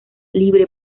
libre